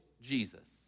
Jesus